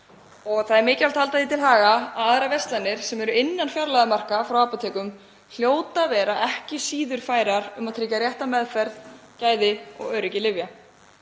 Það er mikilvægt að halda því til haga að aðrar verslanir sem eru innan fjarlægðarmarka frá apótekum hljóta ekki síður að vera færar um að tryggja rétta meðferð, gæði og öryggi lyfja.